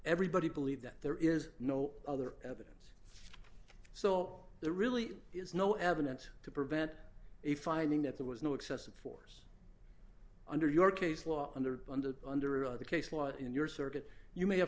everybody believe that there is no other evidence so there really is no evidence to prevent a finding that there was no excessive force under your case law under under the under other case law in your circuit you may have